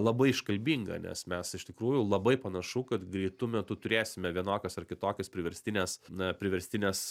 labai iškalbinga nes mes iš tikrųjų labai panašu kad greitu metu turėsime vienokias ar kitokias priverstines na priverstines